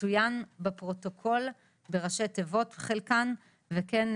תצוין בפרוטוקול בראשי תיבות חלקן וכן,